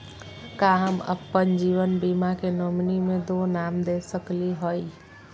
का हम अप्पन जीवन बीमा के नॉमिनी में दो नाम दे सकली हई?